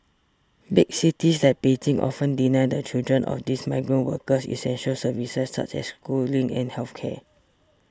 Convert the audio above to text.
big cities like Beijing often deny the children of these migrant workers essential services such as schooling and health care